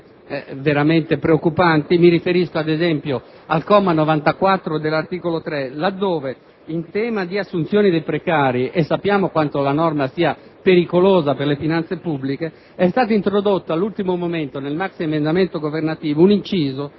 vi sono norme veramente preoccupanti. Mi riferisco, ad esempio, al comma 94 dell'articolo 3, laddove in tema di assunzione dei precari - sappiamo quanto la norma sia pericolosa per le finanze pubbliche - è stato introdotto all'ultimo momento nel maxi-emendamento governativo un inciso